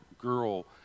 girl